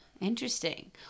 interesting